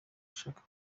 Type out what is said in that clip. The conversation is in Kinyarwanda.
ashaka